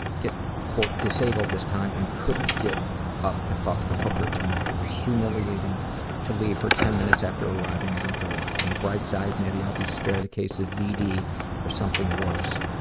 get disabled this time and couldn't get up to fuck the hooker tonight. it was humiliating to leave her ten minutes after arriving at her door. on the bright side maybe i'll be spared a case of vd or something worse.